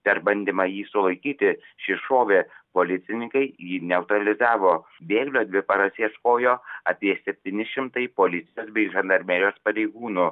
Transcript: per bandymą jį sulaikyti šis šovė policininkai jį neutralizavo bėglio dvi paras ieškojo apie septyni šimtai policijos bei žandarmerijos pareigūnų